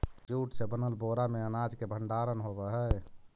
jute से बनल बोरा में अनाज के भण्डारण होवऽ हइ